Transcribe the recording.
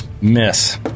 Miss